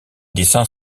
dessins